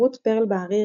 רות פרל בהריר,